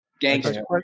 Gangster